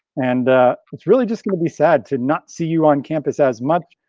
and it's really just gonna be sad to not see you on campus as much.